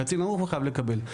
הקצין לא חייב לקבל.